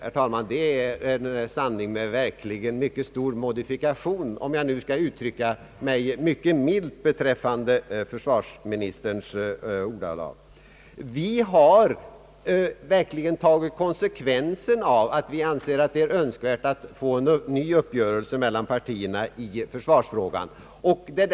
Det är väl, herr talman, en sanning med mycket stor modifikation, om jag skall uttrycka mig mycket milt beträffande försvarsministerns ordalag. Vi har verkligen tagit konsekvenserna av att vi anser att det är önskvärt att få en ny uppgörelse mellan partierna i försvarsfrågan.